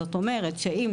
זאת אומרת אם,